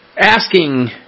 asking